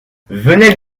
venelle